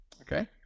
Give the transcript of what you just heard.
Okay